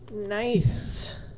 Nice